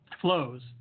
flows